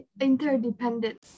interdependent